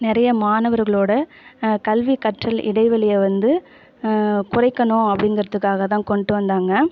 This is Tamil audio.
நிறைய மாணவர்களோடய கல்வி கற்றல் இடைவெளியை வந்து குறைக்கணும் அப்படிங்கறத்துக்காக தான் கொண்டு வந்தாங்க